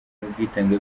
n’ubwitange